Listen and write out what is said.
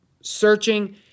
searching